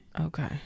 okay